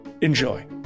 Enjoy